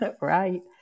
Right